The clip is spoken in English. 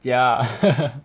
ya